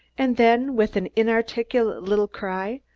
and then, with an inarticulate little cry,